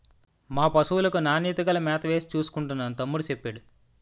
మా పశువులకు నాణ్యత గల మేతవేసి చూసుకుంటున్నాను తమ్ముడూ సెప్పేడు